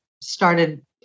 started